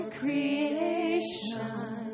creation